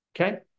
Okay